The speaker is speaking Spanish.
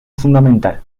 fundamental